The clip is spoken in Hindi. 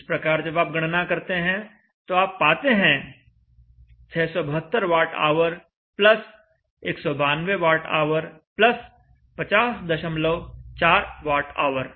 इस प्रकार जब आप गणना करते हैं तो आप पाते हैं 672 watt hour 192 watt hour 504 watt hour